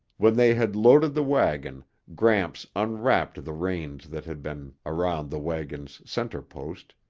when they had loaded the wagon, gramps unwrapped the reins that had been around the wagon's center post,